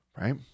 Right